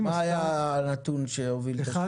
מה היה הנתון שהוביל את השינוי?